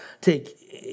Take